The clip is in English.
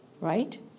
right